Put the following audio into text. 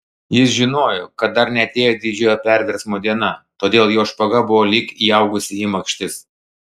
jis žinojo kad dar neatėjo didžiojo perversmo diena todėl jo špaga buvo lyg įaugusi į makštis